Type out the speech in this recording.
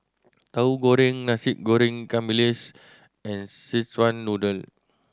Tahu Goreng Nasi Goreng ikan bilis and Szechuan Noodle